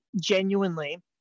genuinely